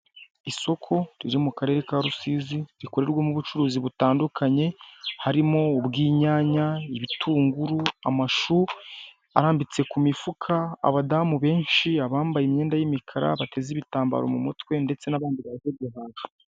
Aya matara tubona ku muhanda ni afasha abanyamaguru kumenya igihe gikwiye cyo kwambuka bigatuma n'abatwaye ibinyabiziga bahagarara, bakareka abantu bakabanza bagatambuka nabo bakabona kugenda, ndetse akaba ari uburyo bwo kwirinda akavuyo n'impanuka zo mu muhanda.